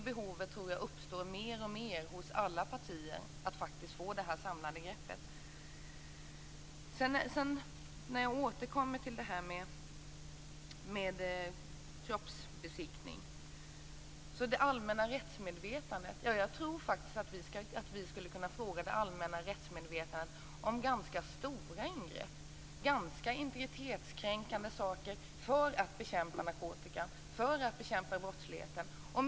Behovet av ett samlat grepp uppstår alltmer hos alla partier. Jag återkommer till frågan om kroppsbesiktning. Jag tror att vi skulle kunna få stöd hos det allmänna rättsmedvetandet för ganska stora och integritetskränkande ingrepp för att bekämpa narkotika och brottslighet.